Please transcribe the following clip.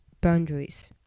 boundaries